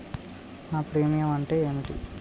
నా ప్రీమియం అంటే ఏమిటి?